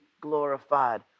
glorified